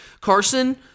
Carson